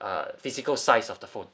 uh physical size of the photo